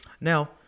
Now